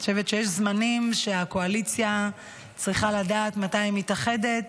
אני חושבת שיש זמנים שהקואליציה צריכה לדעת מתי היא מתאחדת,